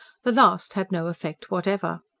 the last had no effect whatever.